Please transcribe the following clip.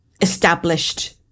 established